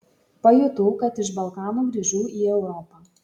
pajutau kad iš balkanų grįžau į europą